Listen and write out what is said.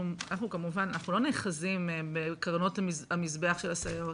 לא נאחזים בקרנות המזבח של הסייעות.